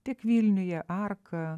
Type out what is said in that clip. tiek vilniuje arka